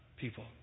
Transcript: people